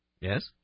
Yes